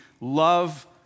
love